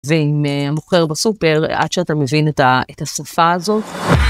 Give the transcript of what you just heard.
זה מוכר בסופר עד שאתה מבין את הסופה הזאת.